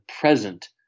present